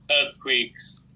earthquakes